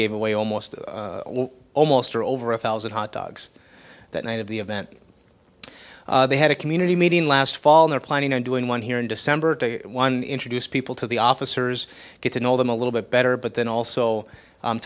gave away almost almost over a thousand hot dogs that night of the event they had a community meeting last fall they're planning on doing one here in december to one introduce people to the officers get to know them a little bit better but then also